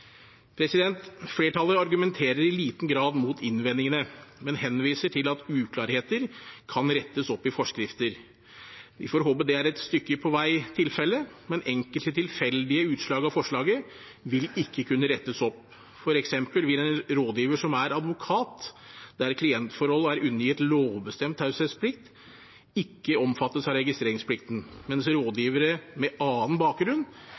Flertallet argumenterer i liten grad mot innvendingene, men henviser til at uklarheter kan rettes opp i forskrifter. Vi får håpe det et stykke på vei er tilfellet, men enkelte tilfeldige utslag av forslaget vil ikke kunne rettes opp. For eksempel vil en rådgiver som er advokat, der klientforhold er undergitt lovbestemt taushetsplikt, ikke omfattes av registreringsplikten, mens rådgivere med annen bakgrunn